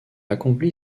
accompli